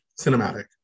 cinematic